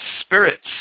spirits